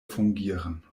fungieren